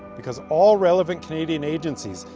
because all relevant canadian agencies,